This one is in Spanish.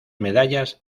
medallas